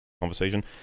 conversation